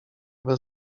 bez